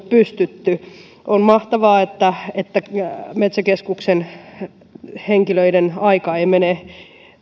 pystytty on mahtavaa että että metsäkeskuksen henkilöiden aika ei mene